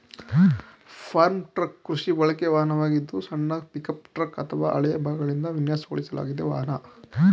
form truck ಕೃಷಿ ಬಳಕೆ ವಾಹನವಾಗಿದ್ದು ಸಣ್ಣ ಪಿಕಪ್ ಟ್ರಕ್ ಅಥವಾ ಹಳೆಯ ಭಾಗಗಳಿಂದ ವಿನ್ಯಾಸಗೊಳಿಸಲಾದ ವಾಹನ